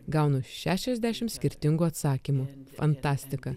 gaunu šešiasdešimt skirtingų atsakymų fantastika